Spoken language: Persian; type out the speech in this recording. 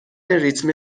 ریتم